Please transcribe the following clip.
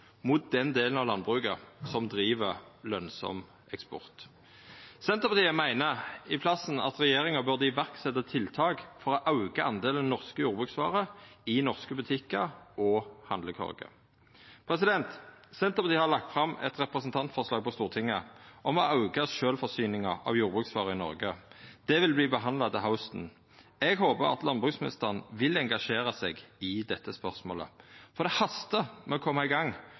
mot den delen av landbruket som driv lønsam eksport. Senterpartiet meiner i staden at regjeringa burde setja i verk tiltak for å auka delen norske jordbruksvarer i norske butikkar og handlekorger. Senterpartiet har lagt fram eit representantforslag på Stortinget om å auka sjølvforsyninga av jordbruksvarer i Noreg. Det vil verta behandla til hausten. Eg håper at landbruksministeren vil engasjera seg i dette spørsmålet, for det hastar med å koma i gang,